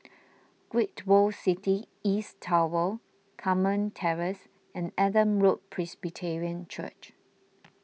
Great World City East Tower Carmen Terrace and Adam Road Presbyterian Church